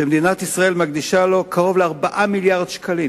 שהיא מקדישה לו קרוב ל-4 מיליארדי שקלים.